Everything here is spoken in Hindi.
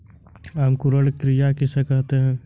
अंकुरण क्रिया किसे कहते हैं?